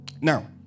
Now